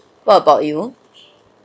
what about you